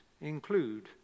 include